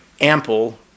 ample